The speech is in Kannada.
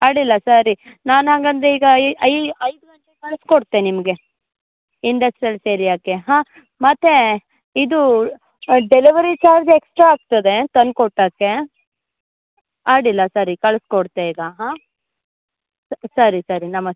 ಅಡ್ಡಿಲ್ಲ ಸರಿ ನಾನು ಹಂಗಾದ್ರೆ ಈಗ ಐದು ಗಂಟೆಗೆ ಕಳಿಸ್ಕೊಡ್ತೆ ನಿಮಗೆ ಇಂಡಸ್ಟ್ರಿಯಲ್ಸ್ ಏರಿಯಾಕ್ಕೆ ಹಾಂ ಮತ್ತೆ ಇದು ಡೆಲವರಿ ಚಾರ್ಜ್ ಎಕ್ಸ್ಟ್ರಾ ಆಗ್ತದೆ ತಂದು ಕೊಡಕ್ಕೆ ಅಡ್ಡಿಲ್ಲ ಸರಿ ಕಳ್ಸಿ ಕೊಡ್ತೆ ಈಗ ಹಾಂ ಸರಿ ಸರಿ ನಮಸ್